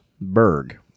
Berg